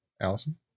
Allison